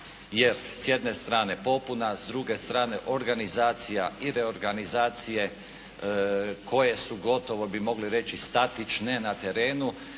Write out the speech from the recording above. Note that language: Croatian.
jer s jedne strane popuna, a s druge organizacija i reorganizacije koje su gotovo bi moli reći statične na terenu